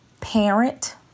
parent